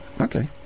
Okay